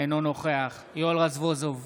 אינו נוכח יואל רזבוזוב,